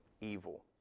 evil